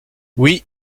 oui